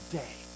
day